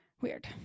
weird